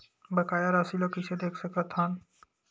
बकाया राशि ला कइसे देख सकत हान?